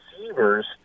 receivers